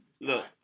look